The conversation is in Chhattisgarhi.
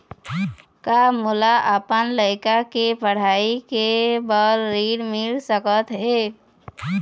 का मोला अपन लइका के पढ़ई के बर ऋण मिल सकत हे?